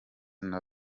nta